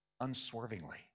unswervingly